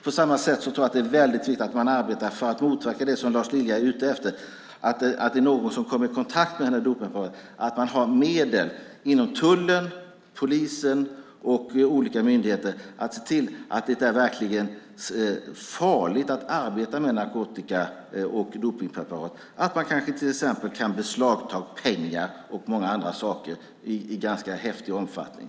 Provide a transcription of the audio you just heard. På samma sätt tror jag att det är väldigt viktigt att man arbetar för att motverka det som Lars Lilja är ute efter. Tullen, polisen och olika myndigheter måste ha medel när det gäller det farliga arbetet med narkotika och dopningspreparat. Man kanske till exempel ska kunna beslagta pengar och många andra saker i ganska stor omfattning.